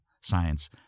science